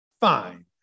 fine